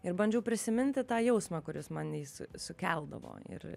ir bandžiau prisiminti tą jausmą kuris man jis sukeldavo ir